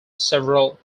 several